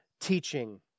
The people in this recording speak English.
teaching